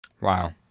Wow